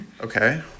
Okay